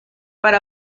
para